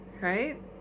right